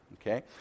okay